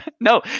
No